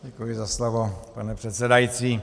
Děkuji za slovo, pane předsedající.